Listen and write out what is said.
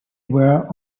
were